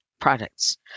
products